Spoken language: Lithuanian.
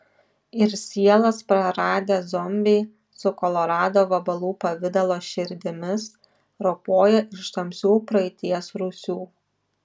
ir sielas praradę zombiai su kolorado vabalų pavidalo širdimis ropoja iš tamsių praeities rūsių